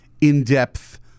in-depth